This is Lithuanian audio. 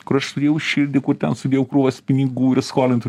kur aš sudėjau širdį kur ten sudėjau krūvas pinigų ir skolintų